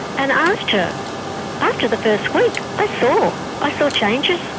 and after after the first week, ah so i saw changes.